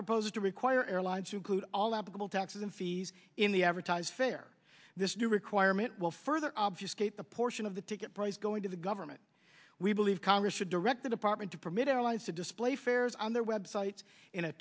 proposes to require airlines include all applicable taxes and fees in the advertised fare this new requirement will further obfuscate the portion of the ticket price going to the government we believe congress should direct the department to permit airlines to display fares on their websites in a